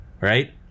right